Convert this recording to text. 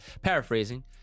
paraphrasing